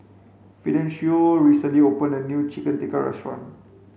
Fidencio recently opened a new Chicken Tikka restaurant